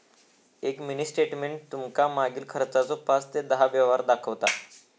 एक mini statement तुमका मागील खर्चाचो पाच ते दहा व्यवहार दाखवता